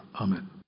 Amen